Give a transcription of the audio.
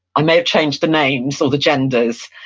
i may have changed the names or the genders,